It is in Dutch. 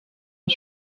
een